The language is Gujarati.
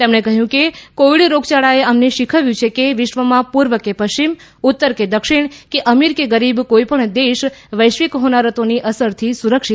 તેમણે કહ્યું કે કોવિડ રોગયાળાએ અમને શીખવ્યું છે કે વિશ્વમાં પૂર્વ કે પશ્ચિમ ઉત્તર કે દક્ષિણ કે અમીર કે ગરીબ કોઈપણ દેશ વૈશ્વિક હોનારતોની અસરથી સુરક્ષિત નથી